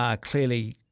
clearly